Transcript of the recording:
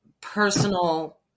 personal